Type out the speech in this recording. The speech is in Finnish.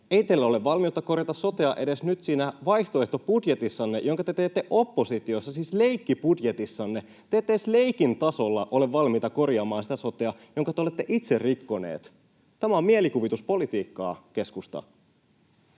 ei teillä ole valmiutta korjata sotea edes nyt siinä vaihtoehtobudjetissanne, jonka te teette oppositiossa, siis leikkibudjetissanne. Te ette edes leikin tasolla ole valmiita korjaamaan sitä sotea, jonka te olette itse rikkoneet. Tämä on mielikuvituspolitiikkaa, keskusta.